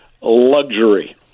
luxury